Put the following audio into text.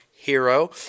Hero